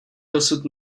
dosud